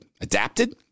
adapted